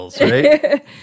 right